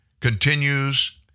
continues